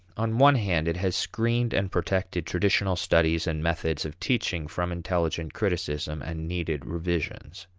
on one hand, it has screened and protected traditional studies and methods of teaching from intelligent criticism and needed revisions.